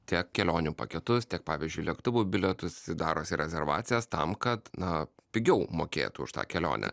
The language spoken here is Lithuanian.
tiek kelionių paketus tiek pavyzdžiui lėktuvų bilietus darosi rezervacijas tam kad na pigiau mokėtų už tą kelionę